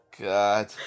God